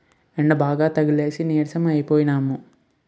యెండబాగా తగిలేసి నీరసం అయిపోనము